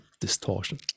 distortion